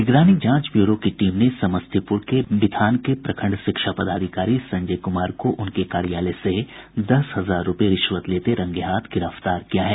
निगरानी जांच ब्यूरो की टीम ने समस्तीपूर के बिथान के प्रखंड शिक्षा पदाधिकारी संजय कुमार को उनके कार्यालय में दस हजार रूपये रिश्वत लेते रंगे हाथ गिरफ्तार किया है